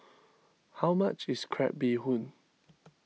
how much is Crab Bee Hoon